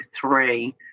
three